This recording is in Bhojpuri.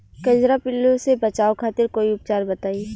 कजरा पिल्लू से बचाव खातिर कोई उपचार बताई?